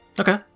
Okay